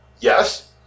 Yes